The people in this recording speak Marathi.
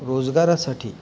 रोजगारासाठी